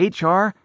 HR